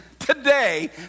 Today